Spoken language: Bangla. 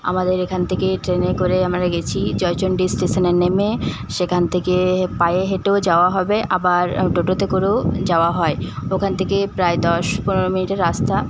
আমাদের এখান থেকে ট্রেনে করে আমরা গেছি জয়চণ্ডী স্টেশনে নেমে সেখান থেকে পায়ে হেঁটেও যাওয়া হবে আবার টোটোতে করেও যাওয়া হয় ওখান থেকে প্রায় দশ পনেরো মিনিটের রাস্তা